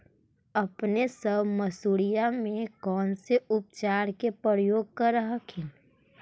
अपने सब मसुरिया मे कौन से उपचार के प्रयोग कर हखिन?